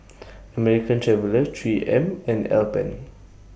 American Traveller three M and Alpen